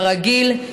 הרגיל,